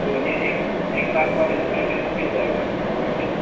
تو یہ ایک ایک لاکھ والے پیکیج میں مل جائے گا ڈرون کیمرہ